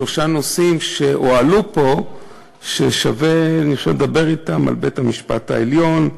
שלושה נושאים שהועלו פה ושווה לדבר עליהם: על בית-המשפט העליון,